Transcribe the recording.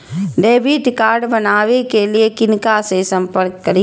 Debit card बनावे के लिए किनका से संपर्क करी?